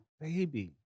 Baby